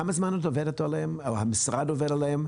כמה זמן את עובדת עליהן, או המשרד עובד עליהן?